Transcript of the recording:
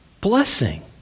blessing